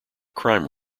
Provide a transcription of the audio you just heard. crime